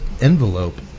Envelope